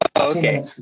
Okay